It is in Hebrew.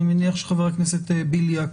אני מניח שחבר הכנסת בליאק